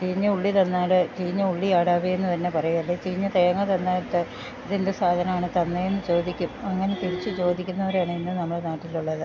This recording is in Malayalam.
ചീഞ്ഞ ഉള്ളി തന്നാല് ചീഞ്ഞ ഉള്ളി ആടാവേന്ന് തന്നെ പറയു അല്ലെ ചീഞ്ഞ തേങ്ങ തന്നിട്ട് ഇതെന്ത് സാധനാണ് തന്നേന്ന് ചോദിക്കും അങ്ങനെ തിരിച്ച് ചോദിക്ക്ന്നവരാണിന്ന് നമ്മളെ നാട്ടിലുള്ളത്